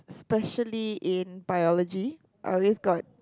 especially in biology I always got